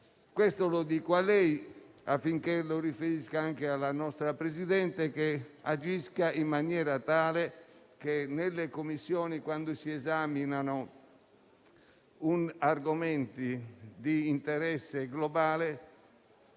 Questo lo dico a lei, affinché lo riferisca alla nostra Presidente, che agisca in maniera tale che nelle Commissioni, quando si esaminano argomenti di interesse globale,